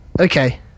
Okay